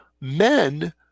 men